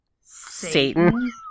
Satan